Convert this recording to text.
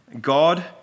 God